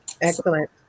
Excellent